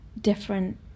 different